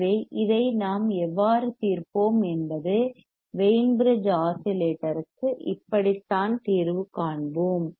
எனவே இதை நாம் எவ்வாறு தீர்ப்போம் என்பது வெய்ன் பிரிட்ஜ் ஆஸிலேட்டருக்கு இப்படித்தான் தீர்வு காண்போம்